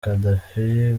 gaddafi